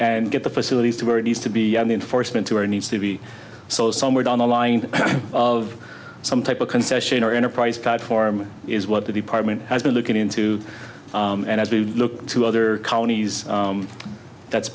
and get the facilities to where it needs to be enforcement to our needs to be so somewhere down the line of some type of concession or enterprise platform is what the department has been looking into and as we look to other counties that's